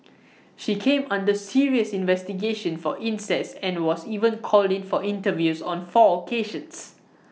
she came under serious investigation for incest and was even called in for interviews on four occasions